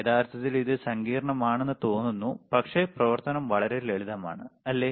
യഥാർത്ഥത്തിൽ ഇത് സങ്കീർണ്ണമാണെന്ന് തോന്നുന്നു പക്ഷേ പ്രവർത്തനം വളരെ ലളിതമാണ് അല്ലേ